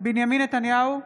בנימין נתניהו,